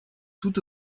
tout